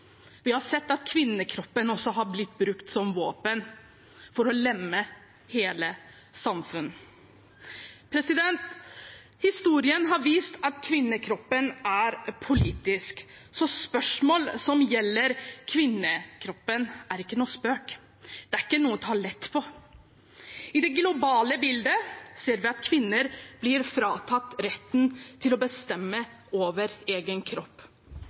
Vi har sett at kvinnekroppen også har blitt brukt som våpen for å lamme hele samfunn. Historien har vist at kvinnekroppen er politisk, så spørsmål som gjelder kvinnekroppen, er ikke noen spøk, det er ikke noe å ta lett på. I det globale bildet ser vi at kvinner blir fratatt retten til å bestemme over egen kropp,